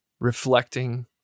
reflecting